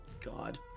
God